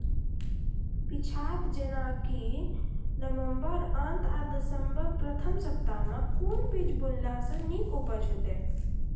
पीछात जेनाकि नवम्बर अंत आ दिसम्बर प्रथम सप्ताह मे कून बीज बुनलास नीक उपज हेते?